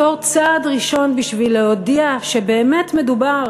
בתור צעד ראשון, בשביל להודיע שבאמת מדובר